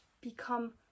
become